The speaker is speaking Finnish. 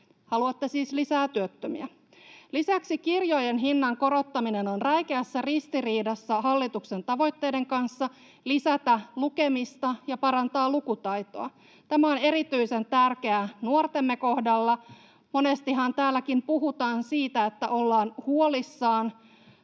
haluatte siis lisää työttömiä. Lisäksi kirjojen hinnan korottaminen on räikeässä ristiriidassa hallituksen tavoitteiden kanssa lisätä lukemista ja parantaa lukutaitoa. Tämä on erityisen tärkeää nuortemme kohdalla. Monestihan täälläkin puhutaan, että ollaan huolissaan